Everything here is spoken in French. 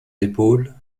épaules